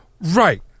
Right